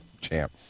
champ